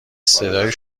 صدای